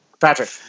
Patrick